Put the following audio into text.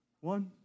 One